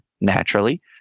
naturally